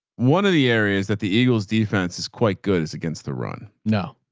one of the areas that the eagle's defense is quite good as against the run. no